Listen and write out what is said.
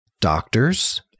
doctors